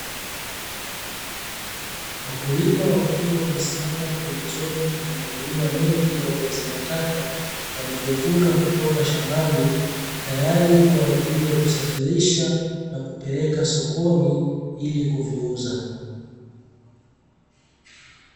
Wakulima wakiwa wamesimama pembezoni mwa magunia mengi ya viazi mbatata, walivyovuna kutoka shambani tayari kwa ajili ya kusafirisha na kupeleka sokoni ili kuviuza.